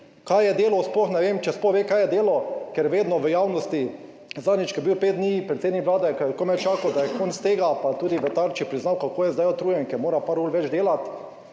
kaj je delal, sploh ne vem, če sploh ve kaj je delal, ker vedno v javnosti, zadnjič, ko je bil pet dni predsednik vlade, ko je komaj čakal, da je konec tega, pa tudi v Tarči priznal, kako je zdaj utrujen, ker mora par ur več delati,